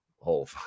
whole